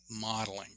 modeling